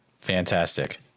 Fantastic